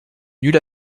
nulle